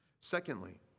Secondly